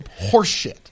horseshit